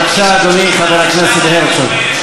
בבקשה, אדוני, חבר הכנסת הרצוג.